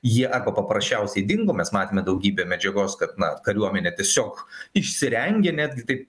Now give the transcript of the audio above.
jie arba paprasčiausiai dingo mes matėme daugybę medžiagos kad na kariuomenė tiesiog išsirengė netgi taip